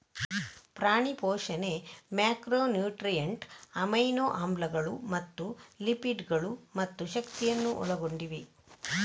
ಪ್ರಾಣಿ ಪೋಷಣೆ macronutrient, amino ಆಮ್ಲಗಳು ಮತ್ತು ಲಿಪಿಡ್ ಗಳು ಮತ್ತು ಶಕ್ತಿಯನ್ನು ಒಳಗೊಂಡಿವೆ